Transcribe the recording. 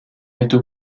mettent